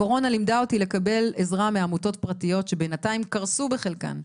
הקורונה לימדה אותי לקבל עזרה מעמותות פרטיות שבינתיים קרסו בחלקן,